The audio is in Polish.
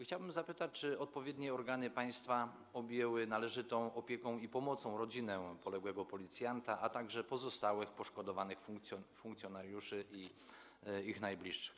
Chciałbym zapytać: Czy odpowiednie organy państwa objęły należytą opieką i pomocą rodzinę poległego policjanta, a także pozostałych poszkodowanych funkcjonariuszy i ich najbliższych?